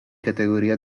categoria